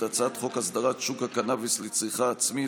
הצעת חוק הסדרת שוק הקנביס לצריכה עצמית,